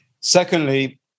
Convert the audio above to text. Secondly